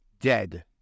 Dead